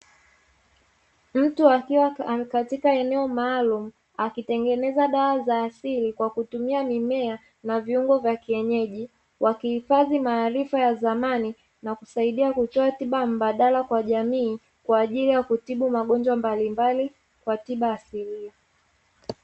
Mtu akiwa katika eneo maalumu, akitengeneza dawa za asili kwa kutumia mimea na viungo vya kienyeji, wakihifadhi maarifa ya zamani na kusaidia kutoa tiba mbadala kwa jamii kwa ajili ya kutibu magonjwa mbalimbali kwa tiba asilia.